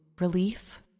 relief